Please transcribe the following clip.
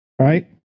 right